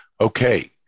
okay